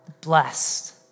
blessed